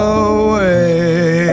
away